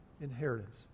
inheritance